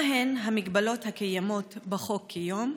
1. מהן המגבלות הקיימות בחוק כיום?